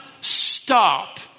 stop